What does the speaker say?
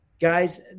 Guys